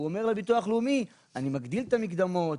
הוא אומר לביטוח הלאומי שאני מגדיל את המקדמות,